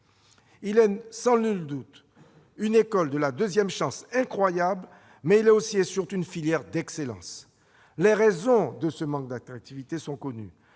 Il est sans nul doute une école de la deuxième chance incroyable, mais il est aussi et surtout une filière d'excellence. Les raisons de ce manque d'attractivité sont connues